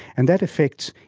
and that affects,